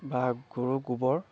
বা গৰুৰ গোবৰ